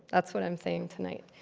that's what i'm saying tonight.